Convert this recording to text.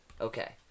Okay